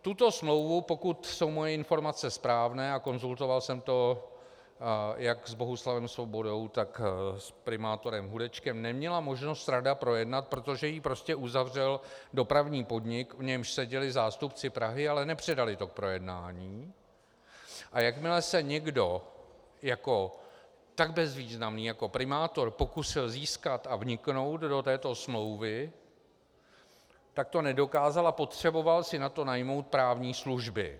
Tuto smlouvu, pokud jsou moje informace správné, a konzultoval jsem to jak s Bohuslavem Svobodou, tak s primátorem Hudečkem, neměla možnost rada projednat, protože ji prostě uzavřel Dopravní podnik, v němž seděli zástupci Prahy, ale nepředali to k projednání, a jakmile se někdo tak bezvýznamný jako primátor pokusil získat a vniknout do této smlouvy, tak to nedokázal a potřeboval si na to najmout právní služby.